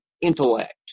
intellect